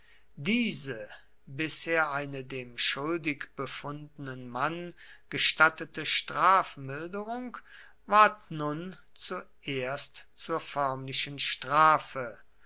diese bisher eine dem schuldig befundenen mann gestattete strafmilderung ward nun zuerst zur förmlichen strafe